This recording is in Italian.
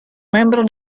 membro